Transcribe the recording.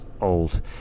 old